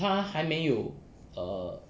她还没有 err